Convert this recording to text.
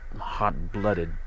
hot-blooded